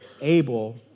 able